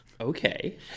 Okay